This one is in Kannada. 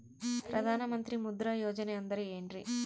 ಪ್ರಧಾನ ಮಂತ್ರಿ ಮುದ್ರಾ ಯೋಜನೆ ಅಂದ್ರೆ ಏನ್ರಿ?